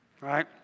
Right